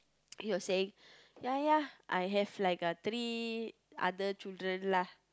he was saying ya ya I have like uh three other children lah